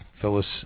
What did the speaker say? phyllis